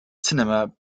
cinema